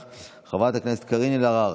חברת הכנסת מטי צרפתי הרכבי,